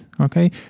Okay